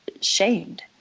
shamed